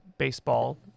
baseball